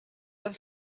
oedd